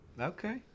Okay